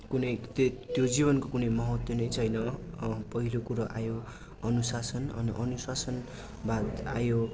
कुनै त्यो त्यो जीवनको कुनै महत्त्व नै छैन पहिलो कुरो आयो अनुशासन अनि अनुशासन बाद आयो